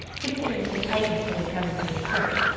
considering the tightness that had come into his throat.